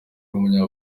w’umunya